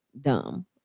dumb